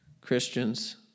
Christians